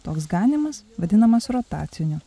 toks ganymas vadinamas rotaciniu